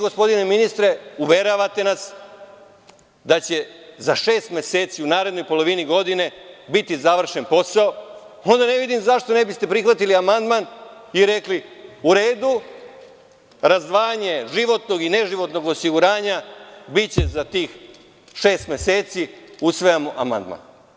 Gospodine ministre, uveravate nas da će za šest meseci biti završen posao i ne vidim zašto ne biste prihvatili amandman i rekli – u redu, razdvajanje životnog i neživotnog osiguranja biće za tih šest meseci, usvajamo amandman?